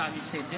חבריי חברי הכנסת,